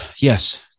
yes